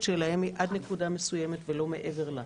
היא עד נקודה מסוימת ולא מעבר לה.